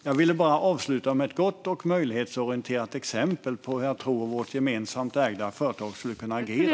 Jag vill bara avsluta med ett gott och möjlighetsorienterat exempel på hur jag tror att vårt gemensamt ägda företag skulle kunna agera.